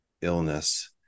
illness